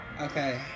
Okay